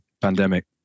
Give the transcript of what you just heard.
pandemic